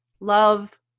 love